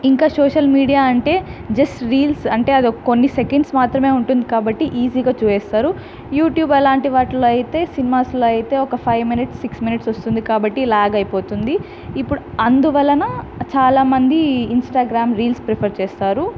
ఇంకా social media అంటే just reels అంటే అది కొన్ని సెకండ్స్ మాత్రమే ఉంటుంది కాబట్టి ఈజీగా చూసేస్తారు యూట్యూబ్ అలాంటి వాటిల్లో అయితే ఫైవ్ మినిట్స్ సిక్స్ మినిట్స్ వస్తుంది కాబట్టి ల్యాగ్ అయిపోతుంది ఇప్పుడు అందువలన చాలామంది ఇంస్టాగ్రామ్ రీల్స్ ప్రిఫర్ చేస్తారు